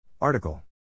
Article